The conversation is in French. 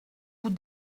vous